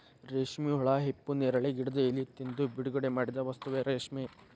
ರೇಶ್ಮೆ ಹುಳಾ ಹಿಪ್ಪುನೇರಳೆ ಗಿಡದ ಎಲಿ ತಿಂದು ಬಿಡುಗಡಿಮಾಡಿದ ವಸ್ತುವೇ ರೇಶ್ಮೆ